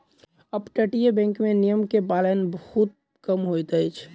अपतटीय बैंक में नियम के पालन बहुत कम होइत अछि